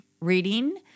reading